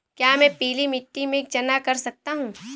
क्या मैं पीली मिट्टी में चना कर सकता हूँ?